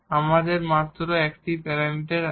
আমাদের একটি মাত্র প্যারামিটার আছে